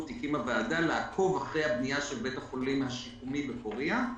שמטרתה לעקוב אחרי הבנייה של בית החולים השיקומי בפוריה,